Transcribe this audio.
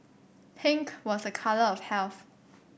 pink was a colour of health